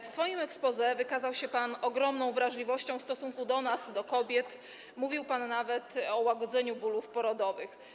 W swoim exposé wykazał się pan ogromną wrażliwością w stosunku do nas, kobiet, mówił pan nawet o łagodzeniu bólów porodowych.